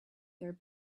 their